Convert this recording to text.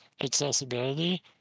accessibility